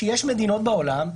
שיש מדינות בעולם,